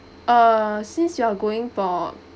uh since you are going for